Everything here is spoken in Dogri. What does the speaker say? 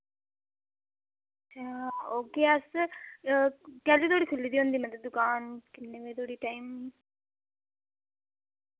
अच्छा औगे अस कैली तोड़ी खुल्ली दी होंदी मतलब दुकान किन्ने बजे धोड़ी टाइम